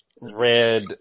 red